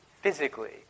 physically